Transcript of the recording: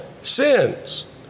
sins